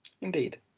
Indeed